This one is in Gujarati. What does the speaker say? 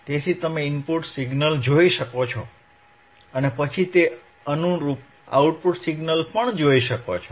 તેથી તમે ઇનપુટ સિગ્નલ જોઈ શકો છો અને પછી તે અનુરૂપ આઉટપુટ સિગ્નલ પણ જોઈ શકો છો